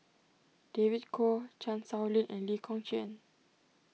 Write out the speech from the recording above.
David Kwo Chan Sow Lin and Lee Kong Chian